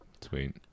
Sweet